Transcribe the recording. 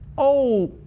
oh,